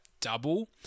double